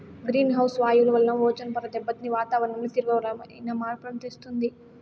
green house వాయువుల వలన ozone పొర దెబ్బతిని వాతావరణంలో తీవ్రమైన మార్పులను తెస్తుంది